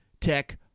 Tech